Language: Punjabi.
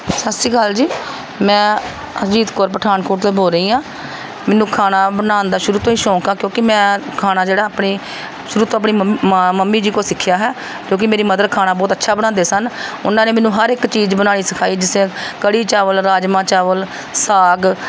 ਸਤਿ ਸ਼੍ਰੀ ਅਕਾਲ ਜੀ ਮੈਂ ਹਰਜੀਤ ਕੌਰ ਪਠਾਨਕੋਟ ਤੋਂ ਬੋਲ ਰਹੀ ਹਾਂ ਮੈਨੂੰ ਖਾਣਾ ਬਣਾਉਣ ਦਾ ਸ਼ੁਰੂ ਤੋਂ ਹੀ ਸ਼ੌਂਕ ਆ ਕਿਉਂਕਿ ਮੈਂ ਖਾਣਾ ਜਿਹੜਾ ਆਪਣੇ ਸ਼ੁਰੂ ਤੋਂ ਆਪਣੀ ਮੰਮ ਮਾਂ ਮੰਮੀ ਜੀ ਕੋਲੋਂ ਸਿੱਖਿਆ ਹੈ ਕਿਉਂਕਿ ਮੇਰੀ ਮਦਰ ਖਾਣਾ ਬਹੁਤ ਅੱਛਾ ਬਣਾਉਂਦੇ ਸਨ ਉਹਨਾਂ ਨੇ ਮੈਨੂੰ ਹਰ ਇੱਕ ਚੀਜ਼ ਬਣਾਉਣੀ ਸਿਖਾਈ ਜਿਸ ਤਰ੍ਹਾਂ ਕੜ੍ਹੀ ਚਾਵਲ ਰਾਜਮਾਂਹ ਚਾਵਲ ਸਾਗ